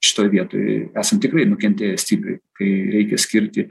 šitoj vietoj esam tikrai nukentėję stipriai kai reikia skirti